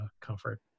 comfort